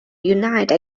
unite